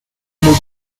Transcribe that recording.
muy